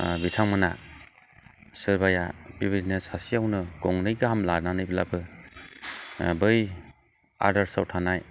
बिथांमोना सोरबाया बेबादिनो सासेयावनो गंनै गाहाम लानानैब्लाबो बै आदारस आव थानाय